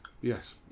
Yes